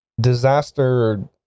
Disaster